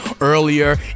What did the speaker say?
earlier